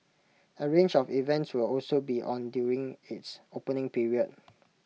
A range of events will also be on during its opening period